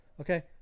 Okay